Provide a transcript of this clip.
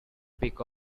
pick